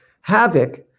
havoc